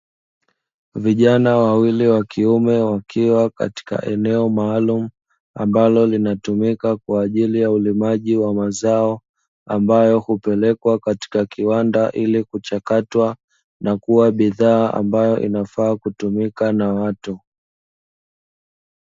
Vijana wawili wa kiume wakiwa katika eneo maalumu ambalo linatumika kwa ajili ya ulimaji wa mazao, ambayo hupelekwa katika kiwanda ili kuchakatwa na kuwa bidhaa ambayo inafaa kutumika na watu.